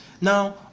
Now